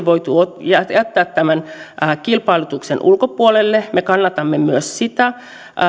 voitu jättää tämän kilpailutuksen ulkopuolelle me kannatamme myös sitä